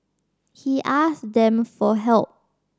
he asked them for help